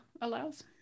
allows